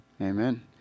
Amen